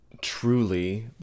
truly